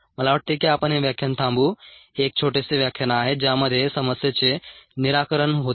मला वाटते की आपण हे व्याख्यान थांबवू हे एक छोटेसे व्याख्यान आहे ज्यामध्ये समस्येचे निराकरण होते